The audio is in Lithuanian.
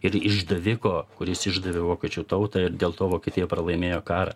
ir išdaviko kuris išdavė vokiečių tautą ir dėl to vokietija pralaimėjo karą